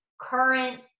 current